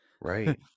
Right